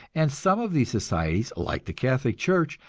and some of these societies, like the catholic church,